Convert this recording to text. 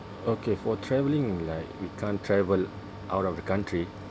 okay for travelling like we can't travel out of the country